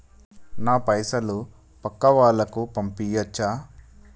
నా పైసలు పక్కా వాళ్ళకు పంపియాచ్చా?